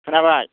खोनाबाय